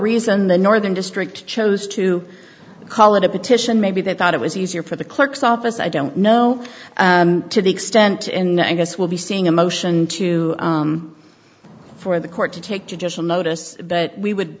reason the northern district chose to call it a petition maybe they thought it was easier for the clerk's office i don't know to the extent in i guess we'll be seeing a motion to for the court to take traditional notice but we would